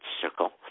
Circle